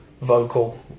vocal